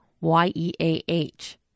Y-E-A-H